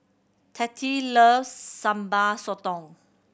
Tate loves Sambal Sotong